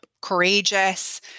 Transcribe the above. courageous